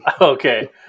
Okay